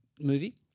movie